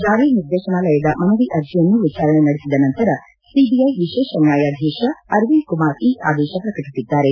ಜಾರಿ ನಿರ್ದೇಶನಾಲಯದ ಮನವಿ ಅರ್ಜಿಯನ್ನು ವಿಚಾರಣೆ ನಡೆಸಿದ ನಂತರ ಸಿಬಿಐ ವಿಶೇಷ ನ್ಯಾಯಾಧೀಶ ಅರವಿಂದ್ ಕುಮಾರ್ ಈ ಆದೇಶ ಪ್ರಕಟಿಸಿದ್ದಾರೆ